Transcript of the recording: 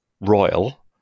royal